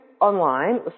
online